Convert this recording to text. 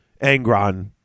Angron